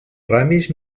ramis